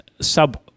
sub